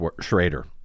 Schrader